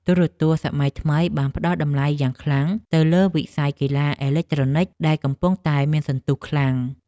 ទូរទស្សន៍សម័យថ្មីបានផ្តល់តម្លៃយ៉ាងខ្លាំងទៅលើវិស័យកីឡាអេឡិចត្រូនិកដែលកំពុងតែមានសន្ទុះខ្លាំង។